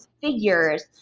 figures